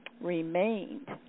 remained